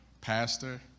pastor